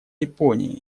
японии